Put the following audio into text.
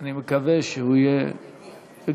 אני מקווה שהוא יגיע.